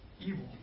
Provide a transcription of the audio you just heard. evil